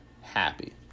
happy